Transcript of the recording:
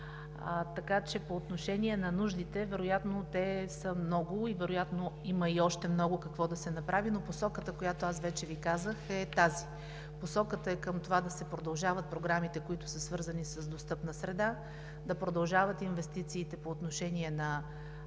Така че по отношение на нуждите – вероятно те са много, а вероятно има и още много какво да се направи, но посоката, която вече Ви казах, е тази – към това да се продължават програмите, които са свързани с достъпна среда, да продължават инвестициите по отношение на